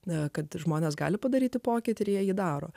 na kad žmonės gali padaryti pokytį ir jie jį daro